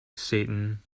satan